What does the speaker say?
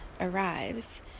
arrives